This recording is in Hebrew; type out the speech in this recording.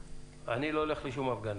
אני לא הולך לשום הפגנה.